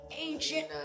Ancient